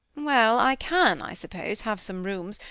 well, i can, i suppose, have some rooms,